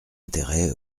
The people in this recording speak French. intérêt